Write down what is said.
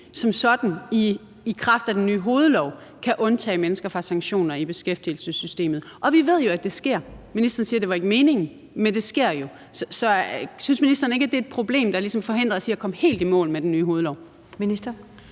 som sådan i kraft af den nye hovedlov kan undtage mennesker fra sanktioner i beskæftigelsessystemet. Vi ved jo, at det sker. Ministeren siger, at det ikke var meningen, men det sker jo. Så synes ministeren ikke, at det er et problem, der ligesom forhindrer os i at komme helt i mål med den nye hovedlov?